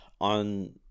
on